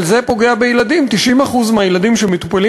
אבל זה פוגע בילדים: 90% מהילדים שמטופלים